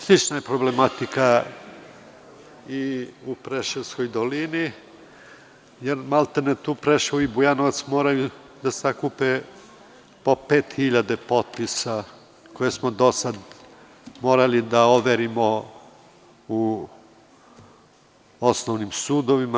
Slična je problematika i u Preševskoj dolini, jer maltene tu Preševo i Bujanovac moraju da sakupe po pet hiljade potpisa koje smo do sada morali da overimo u osnovnim sudovima.